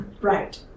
Right